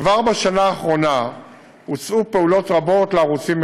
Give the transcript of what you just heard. כבר בשנה האחרונה הוצאו פעולות רבות לערוצים מקוונים,